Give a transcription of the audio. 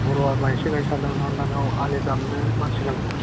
बर'आ माइसो गायनो सान्दोंमोन आं दा बेयाव आलि दाननो मानसि नांगौ